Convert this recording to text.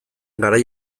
garai